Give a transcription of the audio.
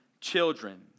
children